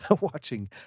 watching